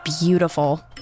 beautiful